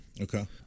Okay